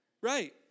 Right